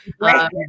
right